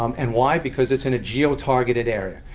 um and why? because it's in a geo-targeted area.